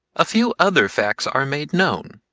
a few other facts are made known.